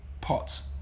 pots